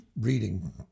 reading